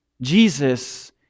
Jesus